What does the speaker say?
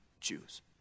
choose